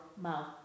mouth